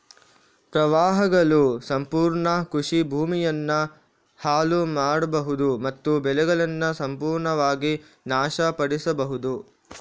ಪ್ರವಾಹಗಳು ಸಂಪೂರ್ಣ ಕೃಷಿ ಭೂಮಿಯನ್ನ ಹಾಳು ಮಾಡ್ಬಹುದು ಮತ್ತು ಬೆಳೆಗಳನ್ನ ಸಂಪೂರ್ಣವಾಗಿ ನಾಶ ಪಡಿಸ್ಬಹುದು